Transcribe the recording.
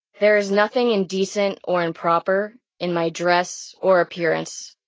there is nothing indecent or improper in my dress or appearance.